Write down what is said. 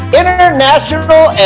international